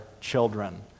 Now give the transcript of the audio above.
children